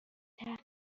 تخفیف